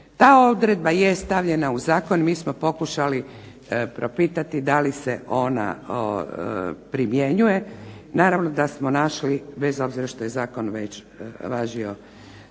Ta odredba jest stavljena u zakon, mi smo pokušali propitati da li se ona primjenjuje. Naravno da smo našli bez obzira što je zakon već važio